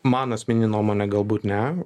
mano asmenine nuomone galbūt ne